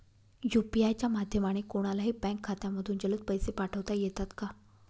UPI च्या माध्यमाने कोणलाही बँक खात्यामधून जलद पैसे पाठवता येतात का?